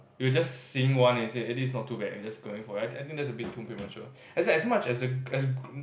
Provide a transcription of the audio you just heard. you were just seeing one and you say eh this is not too bad and you're just going for it I think that's a bit too premature as much as as good